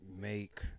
make